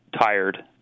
tired